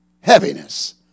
heaviness